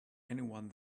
anyone